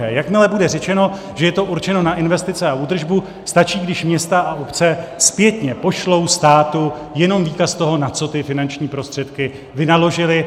Jakmile bude řečeno, že je to určeno na investice a údržbu, stačí, když města a obce zpětně pošlou státu jenom výkaz toho, na co ty finanční prostředky vynaložily.